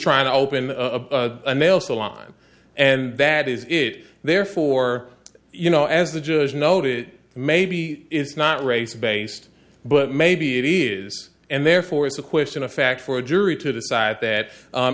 trying to open a nail salon and that is it therefore you know as the judge noted maybe it's not race based but maybe it is and therefore it's a question of fact for a jury to decide that